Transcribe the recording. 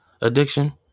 addiction